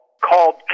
called